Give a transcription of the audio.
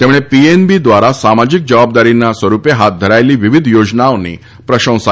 તેમણે પીએનબી દ્વારા સામાજિક જવાબદારીના સ્વરૂપે હાથ ધરાયેલી વિવિધ યોજનાઓની પ્રશંસા કરી હતી